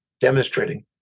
demonstrating